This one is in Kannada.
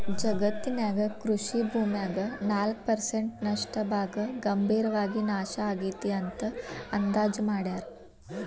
ಜಗತ್ತಿನ್ಯಾಗ ಕೃಷಿ ಭೂಮ್ಯಾಗ ನಾಲ್ಕ್ ಪರ್ಸೆಂಟ್ ನಷ್ಟ ಭಾಗ ಗಂಭೇರವಾಗಿ ನಾಶ ಆಗೇತಿ ಅಂತ ಅಂದಾಜ್ ಮಾಡ್ಯಾರ